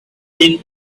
been